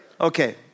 Okay